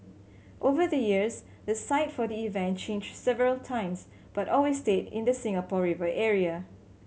over the years the site for the event changed several times but always stayed in the Singapore River area